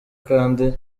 kandi